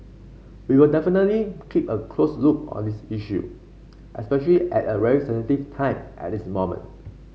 we will definitely keep a close look on this issue especially at a very sensitive time at this moment